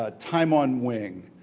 ah time on wing,